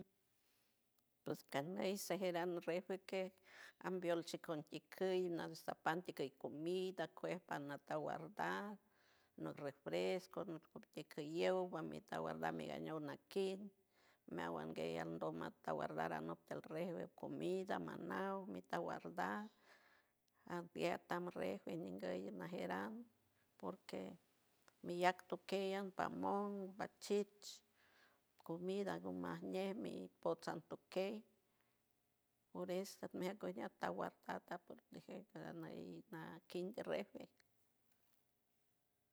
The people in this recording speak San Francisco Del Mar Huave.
Lus caneise jeranrefrique ambiold chicun ticuiul nansa panta keiyl comida cuej panosta guardado los refrescos nortequello ñou guardad megañou nakeint meaguandey andomaket andaguardado a not an refri comida manau metaguardado aun metaloun refri mengay najieran porque miyac tukeyampamou pachit chit comida ñumanieli pots santokeil por eso meacuyat taguardado por proteger porey naran kinderefri